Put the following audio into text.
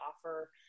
offer